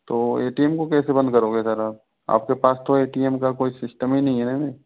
तो A T M को कैसे बंद करोगे सर आप आपके पास तो ए टी एम का कोई सिस्टम ही नहीं है ना